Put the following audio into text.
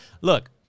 Look